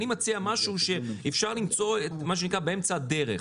אני מציע משהו שאפשר למצוא מה שנקרא באמצע הדרך.